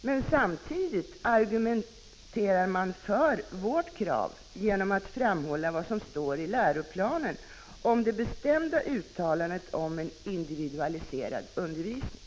Men samtidigt argumenterar man för vårt krav genom att framhålla vad som står i läroplanen, jag syftar på det bestämda uttalandet om en individualiserad undervisning.